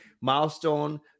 milestone